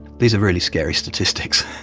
these are really scary statistics.